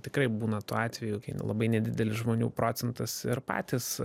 tikrai būna tų atveju kai labai nedidelis žmonių procentas ir patys